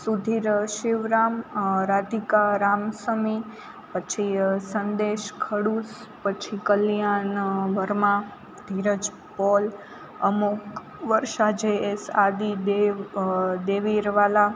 સુધીર શિવરામ રાધિકા રામસમી પછી સંદેશ ખડુસ પછી કલ્યાણ વર્મા ધીરજ પોલ અમુક વર્ષા જે એસ આદિદેવ દેવીરવાલા